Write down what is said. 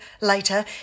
later